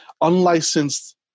unlicensed